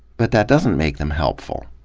but that doesn't make them helpful.